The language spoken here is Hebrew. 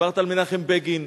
דיברת על מנחם בגין,